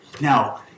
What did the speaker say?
Now